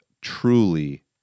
truly